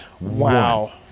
Wow